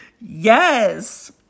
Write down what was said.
Yes